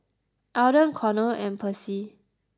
Alden Connor and Percy